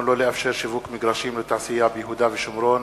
שלא לאפשר שיווק מגרשים לתעשייה ביהודה ושומרון,